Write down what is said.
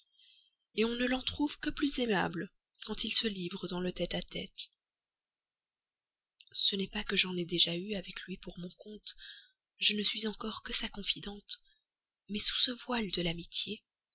soupçons on ne l'en trouve que plus aimable quand il se livre dans le tête-à-tête ce n'est pas que j'en aie déjà eu avec lui pour mon compte je ne suis encore que sa confidente mais sous ce voile de l'amitié